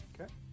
Okay